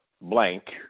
blank